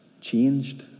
changed